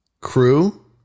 crew